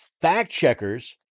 fact-checkers